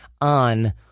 on